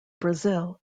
brazil